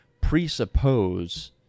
presuppose